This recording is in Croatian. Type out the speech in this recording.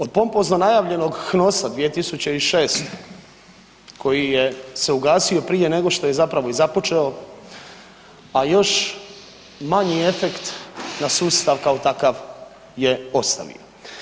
Od pompozno najavljenog HNOS-a 2006. koji je se ugasio prije nego što je zapravo i započeo, a još manji efekt na sustav kao takav je ostavio.